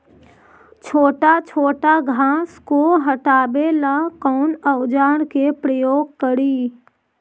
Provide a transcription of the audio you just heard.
छोटा छोटा घास को हटाबे ला कौन औजार के प्रयोग करि?